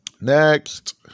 next